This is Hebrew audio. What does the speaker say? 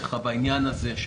אליך בעניין הזה,